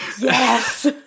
yes